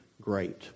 great